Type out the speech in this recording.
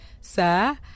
sir